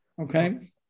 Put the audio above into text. Okay